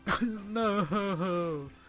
no